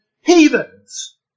heathens